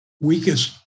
weakest